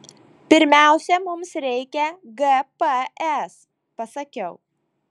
pirmiausia mums reikia gps pasakiau